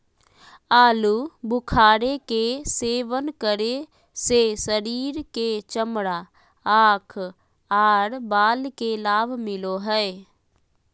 आलू बुखारे के सेवन करे से शरीर के चमड़ा, आंख आर बाल के लाभ मिलो हय